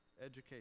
education